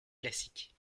classique